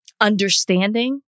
understanding